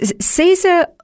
Caesar